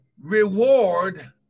Reward